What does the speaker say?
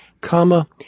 comma